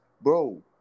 bro